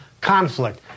conflict